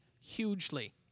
hugely